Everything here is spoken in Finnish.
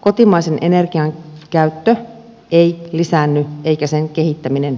kotimaisen energian käyttö ei lisäänny eikä sen kehittäminen